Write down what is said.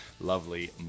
lovely